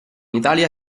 italia